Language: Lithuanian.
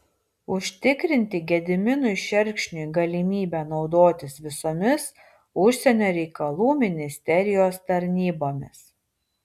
užtikrinti gediminui šerkšniui galimybę naudotis visomis užsienio reikalų ministerijos tarnybomis